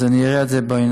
אז אני אראה את זה בעיניים,